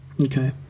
okay